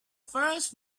first